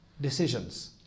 decisions